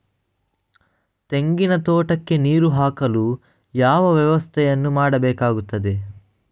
ತೆಂಗಿನ ತೋಟಕ್ಕೆ ನೀರು ಹಾಕಲು ಯಾವ ವ್ಯವಸ್ಥೆಯನ್ನು ಮಾಡಬೇಕಾಗ್ತದೆ?